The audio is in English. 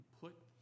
put